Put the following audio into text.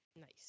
Nice